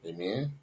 Amen